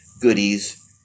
goodies